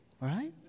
Right